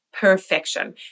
perfection